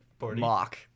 Mock